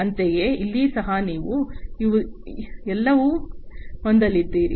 ಅಂತೆಯೇ ಇಲ್ಲಿ ಸಹ ನೀವು ಈ ಎಲ್ಲವನ್ನು ಹೊಂದಲಿದ್ದೀರಿ